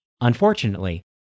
Unfortunately